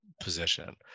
position